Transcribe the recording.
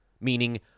meaning